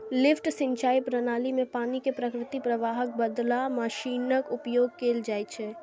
lift सिंचाइ प्रणाली मे पानि कें प्राकृतिक प्रवाहक बदला मशीनक उपयोग कैल जाइ छै